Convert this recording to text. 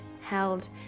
held